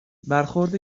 برخورد